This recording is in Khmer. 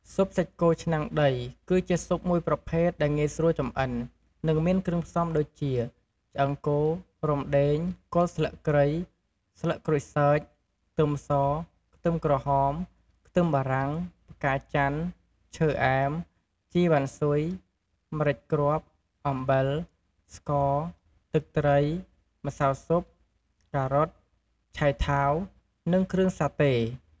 ស៊ុបសាច់គោឆ្នាំងដីគឺជាស៊ុបមួយប្រភេទដែលងាយស្រួលចម្អិន និងមានគ្រឿងផ្សំដូចជា ឆ្អឹងគោ រំដេង គល់ស្លឹកគ្រៃ ស្លឹកក្រូចសើច ខ្ទឹមស ខ្ទឹមក្រហម ខ្ទឹមបារាំង ផ្កាចន្ទន៍ ឈើអែម ជីវ៉ាន់ស៊ុយ ម្រេចគ្រាប់ អំបិល ស្ករ ទឹកត្រី ម្សៅស៊ុប ការ៉ុត ឆៃថាវ និងគ្រឿងសាតេ។